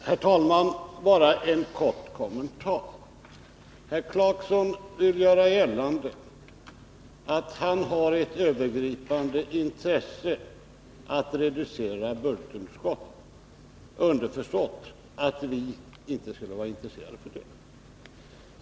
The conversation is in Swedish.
Herr talman! Bara en kort kommentar. Herr Clarkson vill göra gällande att han har ett övergripande intresse av att reducera budgetunderskottet, underförstått att socialdemokraterna inte skulle vara intresserade av detta.